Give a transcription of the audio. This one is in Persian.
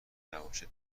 نباشه